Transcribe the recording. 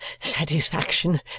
satisfaction